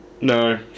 No